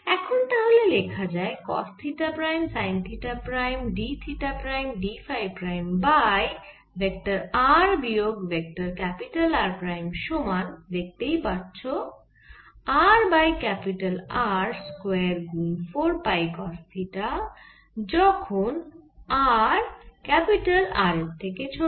এখন তাহলে লেখা যায় cos theta prime sine theta prime d theta prime d phi prime by vector r বিয়োগ ভেক্টর R প্রাইম সমান দেখতেই পাচ্ছো r বাই R স্কয়ার গুন 4 পাই কস থিটা যখন r ক্যাপিটাল R এর থেকে ছোট